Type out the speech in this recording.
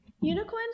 Unicorns